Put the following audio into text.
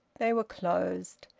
they were closed,